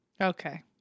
Okay